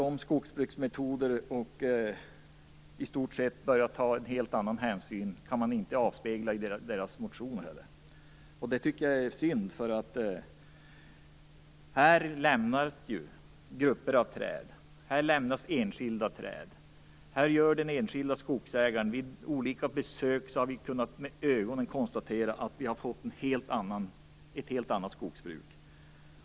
Att skogsbruksmetoder har lagts om och att helt andra hänsyn nu tas avspeglar sig inte alls i Miljöpartiets motioner. Jag tycker att det är synd. Grupper av träd och enskilda träd lämnas. Vi har vid olika besök hos enskilda skogsägare själva kunnat konstatera att vi har fått ett helt annat skogsbruk.